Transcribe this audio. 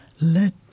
Let